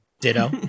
Ditto